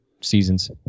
seasons